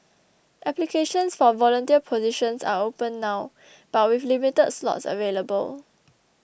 applications for volunteer positions are open now but with limited slots available